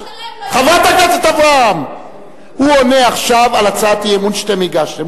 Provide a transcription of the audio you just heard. הוא עונה עכשיו לבילסקי.